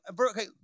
okay